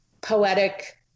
poetic